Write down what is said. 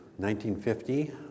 1950